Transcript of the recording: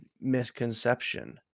misconception